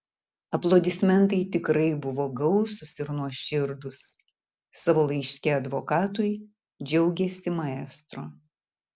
aplodismentai tikrai buvo gausūs ir nuoširdūs savo laiške advokatui džiaugėsi maestro